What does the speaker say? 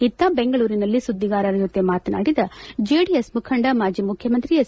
ಇತ್ತ ಬೆಂಗಳೂರಿನಲ್ಲಿ ಸುದ್ದಿಗಾರರ ಜೊತೆ ಮಾತನಾಡಿದ ಜೆಡಿಎಸ್ ಮುಖಂಡ ಮಾಜಿ ಮುಖ್ಜಮಂತ್ರಿ ಎಚ್